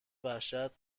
وحشت